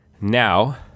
Now